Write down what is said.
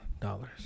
dollars